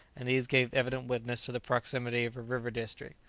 and these gave evident witness to the proximity of a river-district.